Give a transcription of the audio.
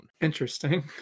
Interesting